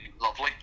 lovely